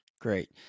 Great